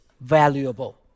valuable